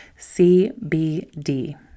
CBD